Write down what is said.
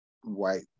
white